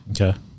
Okay